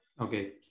Okay